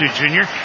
junior